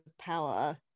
power